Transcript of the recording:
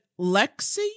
Lexi